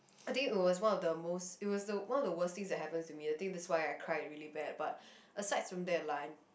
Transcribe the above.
I think it was one of the most it was one of the worst things that happened to me I think that's why I cried really bad but asides from that like